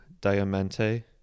Diamante